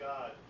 God